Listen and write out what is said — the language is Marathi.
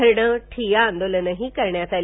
घरणं ठिय्या आंदोलनंही करण्यात आली